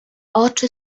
oczy